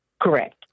Correct